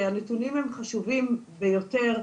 הנתונים הם חשובים ביותר,